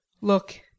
Look